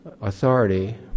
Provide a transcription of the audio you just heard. authority